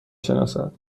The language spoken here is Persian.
شناسد